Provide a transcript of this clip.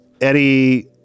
Eddie